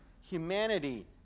humanity